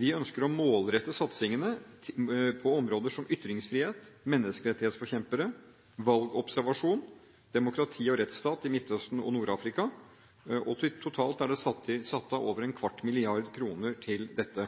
Vi ønsker å målrette satsingene på områder som gjelder ytringsfrihet, menneskerettighetsforkjempere, valgobservasjon og demokrati og rettsstat i Midtøsten og Nord-Afrika. Totalt er det satt av over en ¼ mrd. kr til dette.